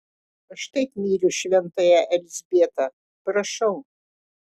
aš taip myliu šventąją elzbietą prašau